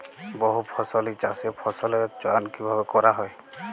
বহুফসলী চাষে ফসলের চয়ন কীভাবে করা হয়?